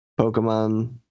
Pokemon